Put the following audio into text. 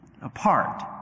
apart